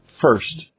first